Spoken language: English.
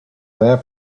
their